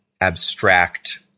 abstract